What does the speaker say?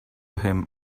him